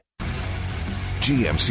GMC